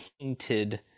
painted